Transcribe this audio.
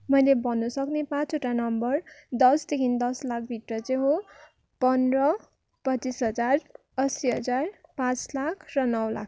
मैले भन्नुसक्ने पाँचवटा नम्बर दसदेखि दस लाख भित्र चाहिँ हो पन्ध्र पच्चिस हजार असी हजार पाँच लाख र नौ लाख